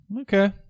Okay